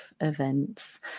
events